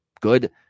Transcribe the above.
good